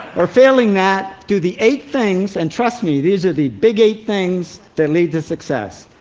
or failing that, do the eight things and trust me, these are the big eight things that lead to success.